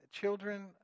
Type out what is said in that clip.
Children